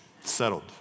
Settled